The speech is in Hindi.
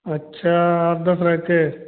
अच्छा आठ दस रैके